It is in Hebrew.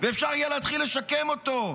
אפשר יהיה להתחיל לשקם אותו,